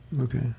okay